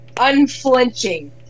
unflinching